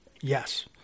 yes